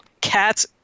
Cat's